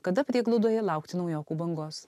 kada prieglaudoje laukti naujokų bangos